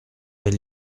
est